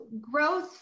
growth